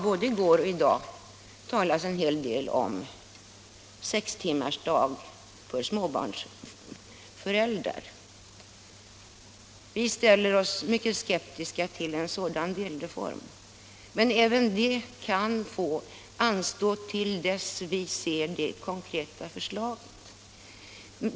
Både i går och i dag har det talats en hel del om sextimmarsdag för småbarnsföräldrar. Vi ställer oss mycket skeptiska till en sådan delreform. Men debatten även på den punkten kan få anstå till dess vi sett det konkreta förslaget.